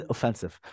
Offensive